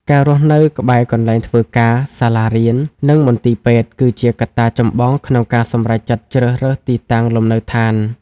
ការរស់នៅក្បែរកន្លែងធ្វើការ សាលារៀន និងមន្ទីរពេទ្យ គឺជាកត្តាចម្បងក្នុងការសម្រេចចិត្តជ្រើសរើសទីតាំងលំនៅឋាន។